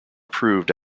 approved